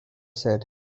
said